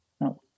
No